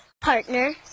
Partner